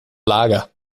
lager